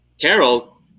Carol